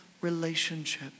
relationship